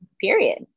Period